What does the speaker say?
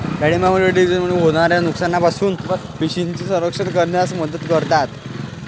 डाळिंब मुक्त रॅडिकल्समुळे होणाऱ्या नुकसानापासून पेशींचे संरक्षण करण्यास मदत करतात